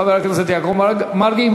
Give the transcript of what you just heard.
חבר הכנסת יעקב מרגי.